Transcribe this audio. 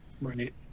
Right